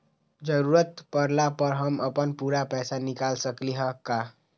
जरूरत परला पर हम अपन पूरा पैसा निकाल सकली ह का?